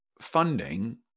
funding